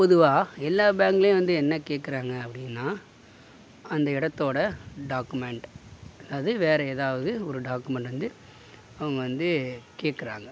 பொதுவாக எல்லா பேங்க்லையும் வந்து என்ன கேட்குறாங்க அப்படின்னா அந்த இடத்தோட டாக்குமெண்ட் அது வேறு எதாவது ஒரு டாக்குமெண்ட் வந்து அவங்க வந்து கேட்குறாங்க